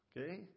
Okay